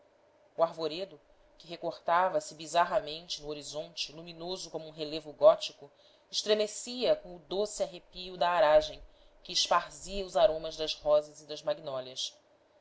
o arvoredo que recortava se bizarramente no horizonte luminoso como um relevo gótico estremecia com o doce arrepio da aragem que esparzia os aromas das rosas e das magnólias